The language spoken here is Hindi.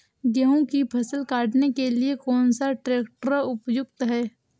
गेहूँ की फसल काटने के लिए कौन सा ट्रैक्टर उपयुक्त है?